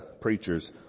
preachers